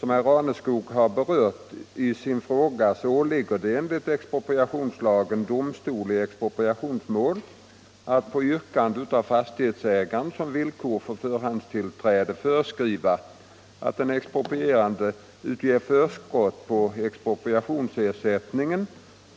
Som herr Raneskog har berört i sin fråga åligger det enligt expropriationslagen domstol i expropriationsmål att på yrkande av fastighetsägaren som villkor för förhandstillträde föreskriva att den exproprierande utger förskott på expropriationsersättningen,